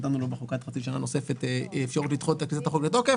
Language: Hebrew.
נתנו לו בחוק עד חצי שנה נוספת אפשרות לדחות את כניסת החוק לתוקף.